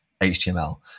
HTML